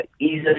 easily